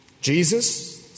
Jesus